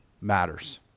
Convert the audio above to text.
matters